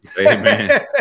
Amen